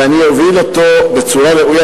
ואני אוביל אותו בצורה ראויה,